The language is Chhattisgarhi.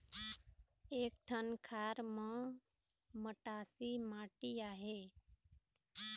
एक ठन खार म मटासी माटी आहे?